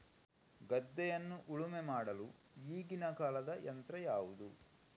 ಗದ್ದೆಯನ್ನು ಉಳುಮೆ ಮಾಡಲು ಈಗಿನ ಕಾಲದ ಯಂತ್ರ ಯಾವುದು?